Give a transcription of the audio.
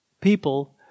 people